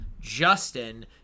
Justin